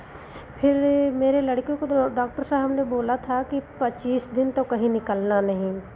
फिर मेरे लड़के को तो डॉक्टर साहब ने बोला था कि पच्चीस दिन कहीं निकलना नहीं